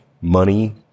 money